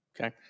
Okay